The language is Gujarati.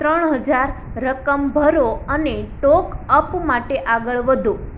ત્રણ હજાર રકમ ભરો અને ટોપ અપ માટે આગળ વધો